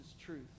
truth